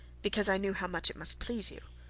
because i knew how much it must please you.